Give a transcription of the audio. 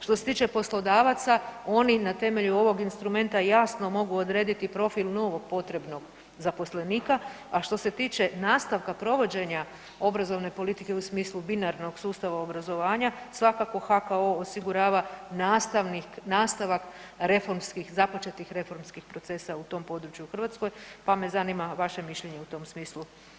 Što se tiče poslodavaca oni na temelju ovog instrumenta jasno mogu odrediti profil novog potrebnog zaposlenika, a što se tiče nastavka provođenja obrazovne politike u smislu binarnog sustava obrazovanja svakako HKO osigurana nastavak reformskih, započetih reformskih procesa u tom području u Hrvatskoj, pa me zanima vaše mišljenje u tom smislu.